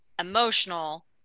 emotional